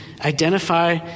identify